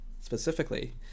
specifically